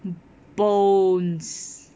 bones